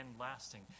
lasting